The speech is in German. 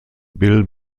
bill